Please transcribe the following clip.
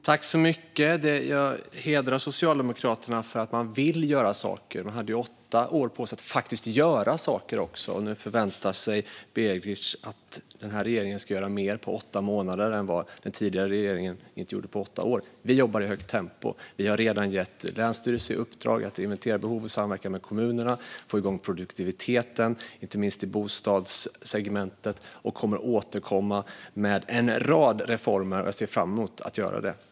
Fru talman! Det hedrar Socialdemokraterna att man vill göra saker. Man hade åtta år på sig att faktiskt göra saker också, och nu väntar sig Denis Begic att den här regeringen ska göra mer på åtta månader än den tidigare regeringen gjorde på åtta år. Vi jobbar i ett högt tempo. Vi har redan gett länsstyrelserna i uppdrag att inventera behov och samverka med kommunerna för att få igång produktiviteten, inte minst i bostadssegmentet, och vi kommer att återkomma med en rad reformer. Jag ser fram emot att göra det.